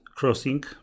crossing